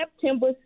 September